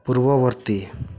ପୂର୍ବବର୍ତ୍ତୀ